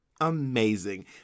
amazing